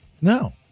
No